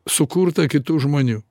sukurtą kitų žmonių